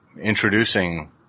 introducing